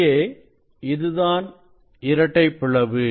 இங்கே இதுதான் இரட்டைப் பிளவு